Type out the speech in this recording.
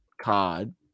card